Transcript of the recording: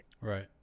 Right